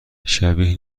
شبیه